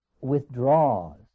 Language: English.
withdraws